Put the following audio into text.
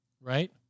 right